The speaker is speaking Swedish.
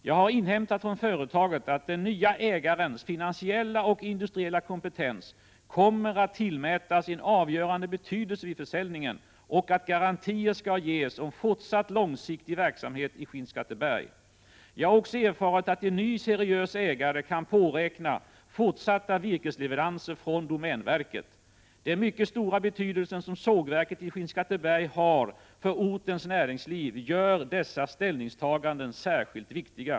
Jag har inhämtat från företaget att den nya ägarens finansiella och industriella kompetens kommer att tillmätas en avgörande betydelse vid försäljningen, och att garantier skall ges om fortsatt långsiktig verksamhet i Skinnskatteberg. Jag har också erfarit att en ny seriös ägare kan påräkna fortsatta virkesleveranser från domänverket. Den mycket stora betydelse som sågverket i Skinnskatteberg har för ortens näringsliv gör dessa ställningstaganden särskilt viktiga.